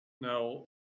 Now